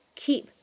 ,keep